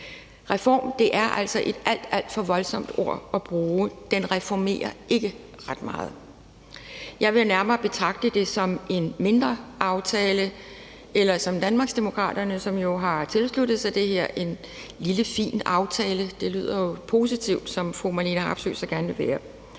altså et alt, alt for voldsomt ord at bruge, for den reformerer ikke ret meget. Jeg vil nærmere betragte det som en mindre aftale, eller, som Danmarksdemokraterne, som jo har tilsluttet sig det her, kalder det, en lille fin aftale. Det lyder jo positivt, som fru Marlene Harpsøe så gerne vil være.